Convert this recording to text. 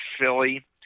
Philly